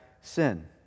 sin